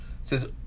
Says